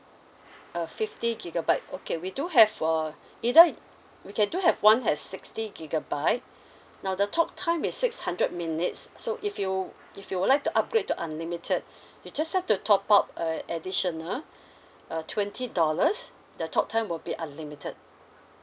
uh fifty gigabyte okay we do have err either we can do have one has sixty gigabyte now the talk time is six hundred minutes so if you if you would like to upgrade to unlimited you just have to top up uh additional uh twenty dollars the talk time will be unlimited